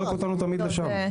אז זה זורק אותנו תמיד לשם.